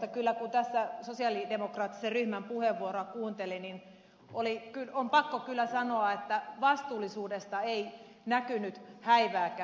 kun tässä sosialidemokraattisen ryhmän puheenvuoroa kuunteli niin on pakko kyllä sanoa että vastuullisuudesta ei näkynyt häivääkään